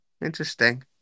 Interesting